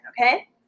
okay